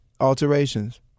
alterations